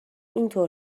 اینطور